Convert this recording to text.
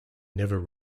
never